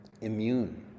immune